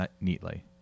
neatly